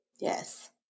Yes